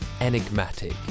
enigmatic